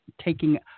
taking